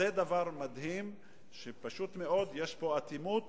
זה דבר מדהים שפשוט מאוד יש פה אטימות